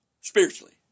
spiritually